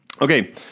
Okay